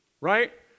right